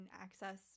access